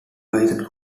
python